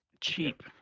cheap